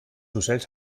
ocells